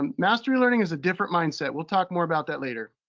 um mastery learning is a different mindset. we'll talk more about that later.